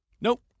Nope